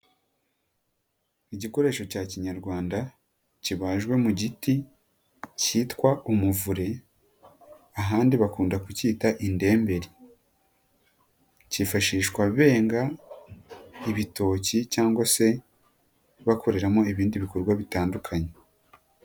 Igikoresho cya Kinyarwanda kibajwe mu giti cyitwa umuvure ahandi bakunda kucyita indemberi, kifashishwa benga ibitoki cyangwa se bakoreramo ibindi bikorwa bitandukanye.